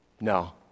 No